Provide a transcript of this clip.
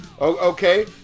Okay